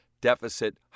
deficit